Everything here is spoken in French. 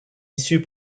issues